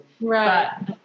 Right